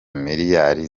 miliyari